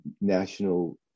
national